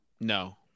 no